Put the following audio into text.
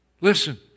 Listen